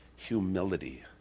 Humility